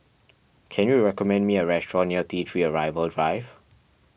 can you recommend me a restaurant near T three Arrival Drive